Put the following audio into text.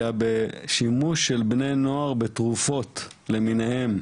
בשימוש של בני נוער בתרופות למיניהם.